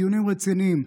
דיונים רציניים.